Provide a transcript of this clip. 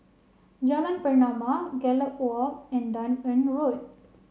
Jalan Pernama Gallop Walk and Dunearn Road